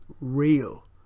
real